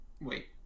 wait